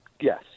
Yes